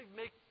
make